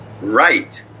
right